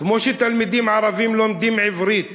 כמו שתלמידים ערבים לומדים עברית